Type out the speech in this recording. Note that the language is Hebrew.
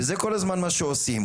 וזה מה שעושים כל הזמן.